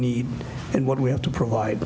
need and what we have to provide